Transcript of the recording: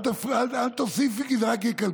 אל תוסיפי, כי זה רק יקלקל.